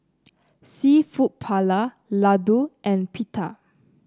seafood Paella Ladoo and Pita